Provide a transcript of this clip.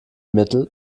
mittel